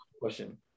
question